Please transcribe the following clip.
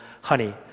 honey